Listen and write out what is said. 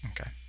Okay